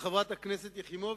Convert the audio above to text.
לחברת הכנסת יחימוביץ,